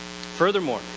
Furthermore